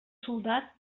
soldat